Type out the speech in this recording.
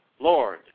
Lord